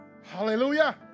Hallelujah